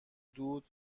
دود